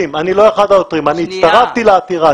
אני הצטרפתי לעתירה.